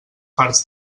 parts